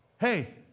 Hey